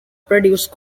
produce